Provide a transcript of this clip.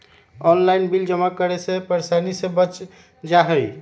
Online bill जमा करे से परेशानी से बच जाहई?